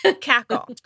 Cackle